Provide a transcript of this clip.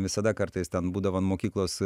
visada kartais ten būdavo mokyklos